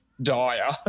dire